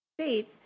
states